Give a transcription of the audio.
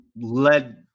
led